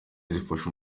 zifasha